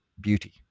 beauty